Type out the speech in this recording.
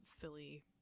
silly